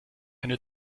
eine